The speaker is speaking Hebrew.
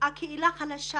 הקהילה חלשה